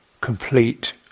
complete